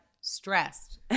stressed